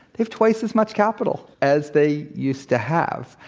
have twice as much capital as they used to have.